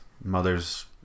Mother's